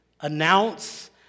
announce